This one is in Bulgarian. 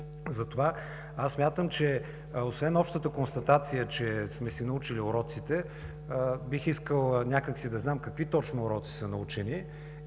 Затова смятам, че освен общата констатация, че сме си научили уроците, бих искал да знам какви точно уроци са научени